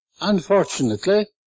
Unfortunately